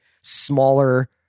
smaller